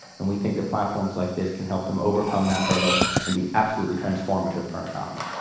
and we think that platforms like this can help them overcome that hurdle and be absolutely transformative for an economy.